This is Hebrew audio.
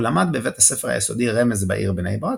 הוא למד בבית הספר היסודי רמז בעיר בני ברק